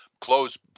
close